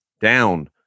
down